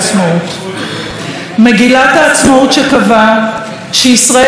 שקבעה שישראל היא מדינת העם היהודי ויש בה